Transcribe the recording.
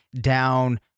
down